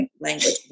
language